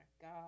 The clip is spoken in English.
God